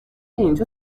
اینجا